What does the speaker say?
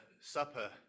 supper